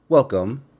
Welcome